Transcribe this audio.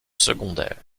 secondaire